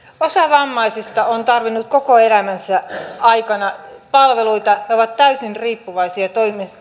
osa vammaisista on tarvinnut koko elämänsä ajan palveluita he ovat täysin riippuvaisia